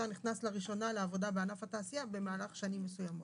נכנס לראשונה לעבודה בענף התעשייה במהלך שנים מסוימות.